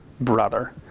brother